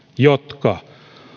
jotka